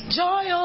joy